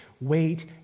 Wait